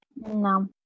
No